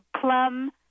plum